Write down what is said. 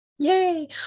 Yay